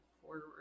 forward